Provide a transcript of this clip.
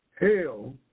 hell